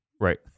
right